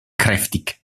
kräftig